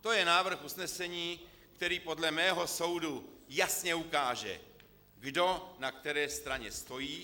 To je návrh usnesení, který podle mého soudu jasně ukáže, kdo na které straně stojí.